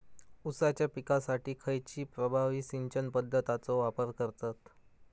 ऊसाच्या पिकासाठी खैयची प्रभावी सिंचन पद्धताचो वापर करतत?